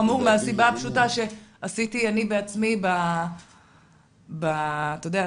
זה חמור מאוד מהסיבה הפשוטה שעשיתי אני בעצמי אתה יודע,